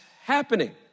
happening